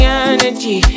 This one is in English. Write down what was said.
energy